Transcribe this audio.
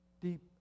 deep